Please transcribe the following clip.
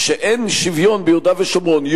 שאין שוויון ביהודה ושומרון.